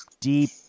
deep